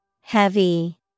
Heavy